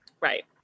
right